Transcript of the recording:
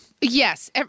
Yes